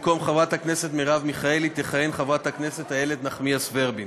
במקום חברת הכנסת מרב מיכאלי תכהן חברת הכנסת איילת נחמיאס ורבין.